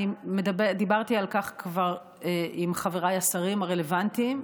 דיברתי על כך כבר עם חבריי השרים הרלוונטיים,